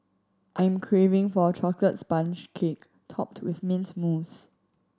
I am craving for a chocolate sponge cake topped with mint mousse